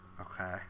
Okay